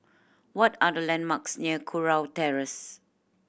what are the landmarks near Kurau Terrace